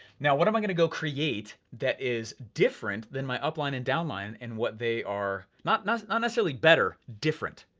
now, what am i going to go create that is different than my upline and downline, in what they are, not not necessarily better, different?